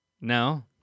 No